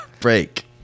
break